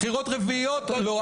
בחירות רביעיות לא.